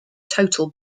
total